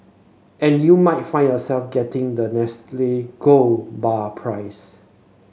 and you might find yourself getting that Nestle gold bar prize